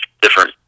different